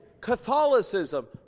Catholicism